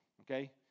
Okay